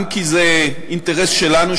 גם כי זה אינטרס שלנו,